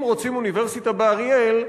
אם רוצים אוניברסיטה באריאל,